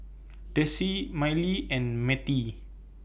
Dessie Mylee and Mattye